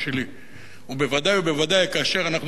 ובוודאי ובוודאי כאשר אנחנו מאיימים ומרבים